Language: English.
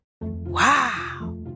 Wow